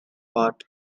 art